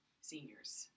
seniors